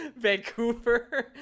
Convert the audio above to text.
Vancouver